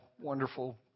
wonderful